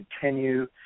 continue